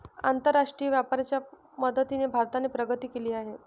आंतरराष्ट्रीय व्यापाराच्या मदतीने भारताने प्रगती केली आहे